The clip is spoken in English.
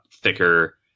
thicker